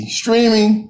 streaming